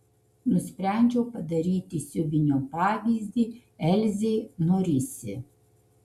nusprendžiau padaryti siuvinio pavyzdį elzei norisi